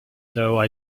though